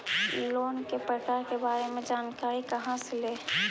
Loan के प्रकार के बारे मे जानकारी कहा से ले?